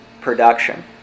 production